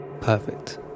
Perfect